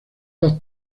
dos